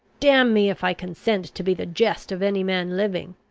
damn me, if i consent to be the jest of any man living.